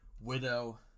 widow